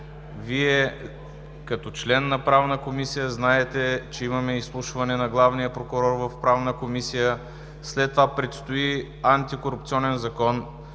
Вие, като член на Правна комисия, знаете, че имаме изслушване на главния прокурор в Правната комисия, след това предстои Антикорупционен закон